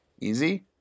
Easy